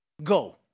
go